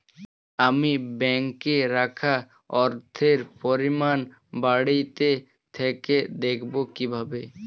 আমি ব্যাঙ্কে রাখা অর্থের পরিমাণ বাড়িতে থেকে দেখব কীভাবে?